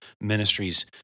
ministries